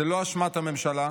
זו לא אשמת הממשלה,